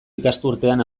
ikasturtean